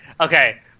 Okay